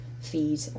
feed